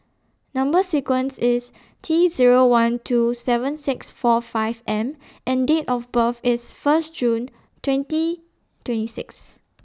Number sequence IS T Zero one two seven six four five M and Date of birth IS First June twenty twenty six